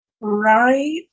Right